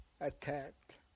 attacked